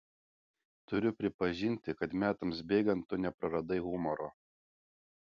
turiu pripažinti kad metams bėgant tu nepraradai humoro